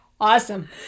awesome